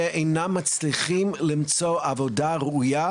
שאינם מצליחים למצוא עבודה ראוייה,